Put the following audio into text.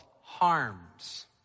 harms